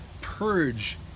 purge